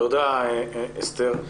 תודה אסתר.